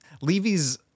Levy's